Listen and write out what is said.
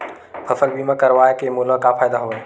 फसल बीमा करवाय के मोला का फ़ायदा हवय?